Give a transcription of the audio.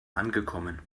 angekommen